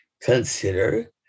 consider